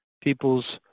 people's